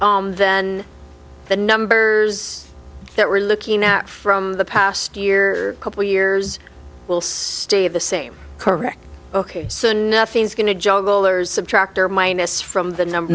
t then the numbers that we're looking at from the past year couple years will stay the same correct ok so nothing's going to jugglers subtract or minus from the number